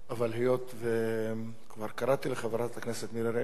אבל היות שכבר קראתי לחברת הכנסת מירי רגב,